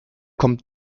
kommt